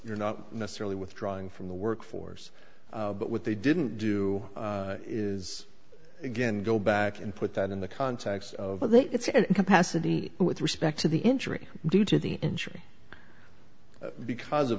you're not necessarily withdrawing from the workforce but what they didn't do is again go back and put that in the context of its capacity with respect to the injury due to the injury because of